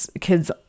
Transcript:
kids